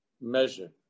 measure